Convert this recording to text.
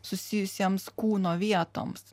susijusiems kūno vietoms